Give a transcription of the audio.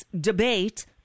debate